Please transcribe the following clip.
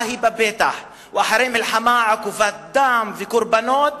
היא בפתח ואחרי מלחמה עקובה מדם וקורבנות